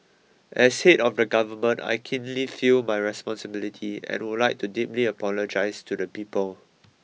as head of the government I keenly feel my responsibility and would like to deeply apologies to the people